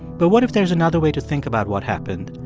but what if there's another way to think about what happened,